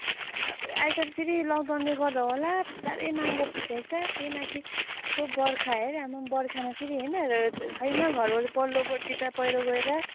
अब अहिले त फेरि लकडाउनले गर्दा होला साह्रै महँगो भइसकेको छ त्यही माथि त्यो बर्खा हेर आम्मामा बर्खामा फेरि हेर्न छैन घरहरू पल्लोपट्टि त पहिरो गएर